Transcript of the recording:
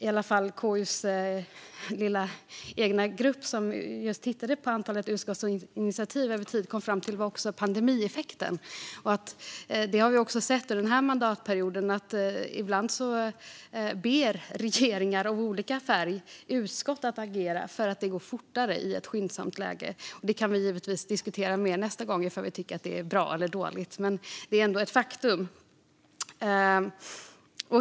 I alla fall kom KU:s egen lilla grupp som tittade på antalet utskottsinitiativ över tid fram till det. Vi har under denna mandatperiod också sett att regeringar av olika färg ibland ber utskott att agera därför att det då går fortare i ett skyndsamt läge. Vi kan givetvis diskutera mer nästa gång ifall vi tycker att det är bra eller dåligt, men det är ändå ett faktum.